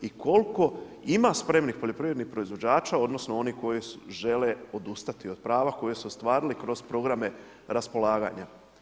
I koliko ima spremnih poljoprivrednih proizvođača, odnosno, oni koji žele odustati od prava, koje su ostvarili kroz programe raspolaganja.